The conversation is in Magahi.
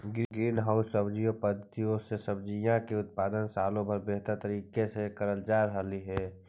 ग्रीन हाउस पद्धति से सब्जियों का उत्पादन सालों भर बेहतर तरीके से करल जा रहलई हे